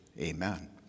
amen